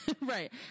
Right